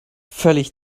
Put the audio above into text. völlig